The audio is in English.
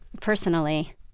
personally